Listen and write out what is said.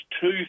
two